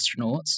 astronauts